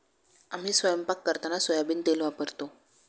आम्ही स्वयंपाक करताना सोयाबीन तेल वापरतो